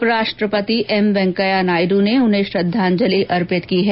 उपराष्ट्रपति एम वेंकैया नायडू ने उन्हें श्रद्वांजलि अर्पित की है